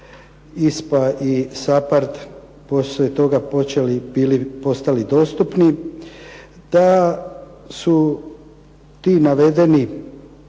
poslije toga počeli bili postali dostupni, da su ti navedeni